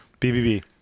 BBB